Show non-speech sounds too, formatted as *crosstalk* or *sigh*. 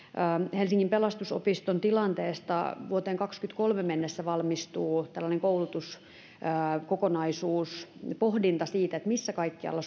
helsingin pelastusopiston tilanteesta vuoteen kahdessakymmenessäkolmessa mennessä valmistuu tällainen koulutuskokonaisuuspohdinta siitä missä kaikkialla *unintelligible*